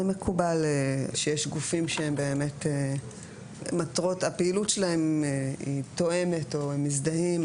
זה מקובל שיש גופים שהפעילות שלהם היא תואמת או הם מזדהים,